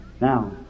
Now